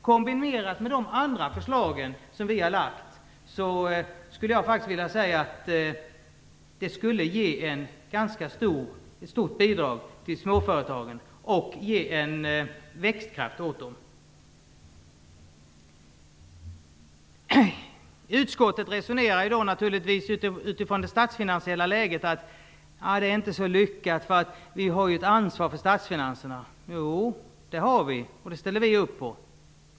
Kombinerat med de andra förslag som vi har lagt fram skulle det innebära ett ganska stort bidrag till småföretagen och ge dem en växtkraft. Utskottet resonerar naturligtvis utifrån det statsfinansiella läget. Man säger att det inte är så lyckat för att man har ett ansvar för statsfinanserna. Ja, det har vi och det ställer vi upp på.